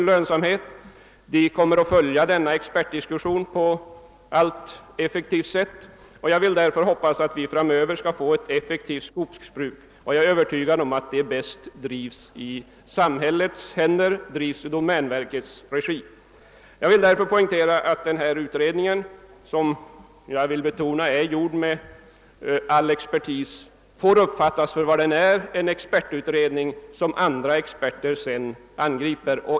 lönsamheten av skogsbruket och att man från verkets sida kommer att följa expertdiskussionen väl. Jag hoppas därför att vi framöver skall få ett än effektivare skogsbruk. Jag är Öövertygad om att detta skogsbruk bör ligga i samhällets händer och bäst kan drivas i domänverkets regi. Utredningen som är — det vill jag betona — gjord av bästa möjliga expertis bör uppfattas för vad den är: en expertutredning som andra experter sedan angriper.